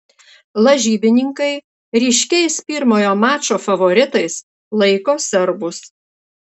lažybininkai ryškiais pirmojo mačo favoritais laiko serbus